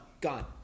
Gone